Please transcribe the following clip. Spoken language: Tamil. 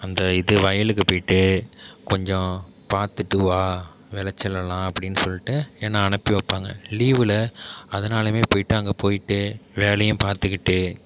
அந்த இது வயலுக்கு போயிவிட்டு கொஞ்சம் பார்த்துட்டு வா விளைச்சலெல்லாம் அப்படின்னு சொல்லிட்டு என்ன அனுப்பி வைப்பாங்க லீவில் அதனாலையுமே போயிவிட்டு அங்கே போயிவிட்டு வேலையும் பார்த்துக்கிட்டு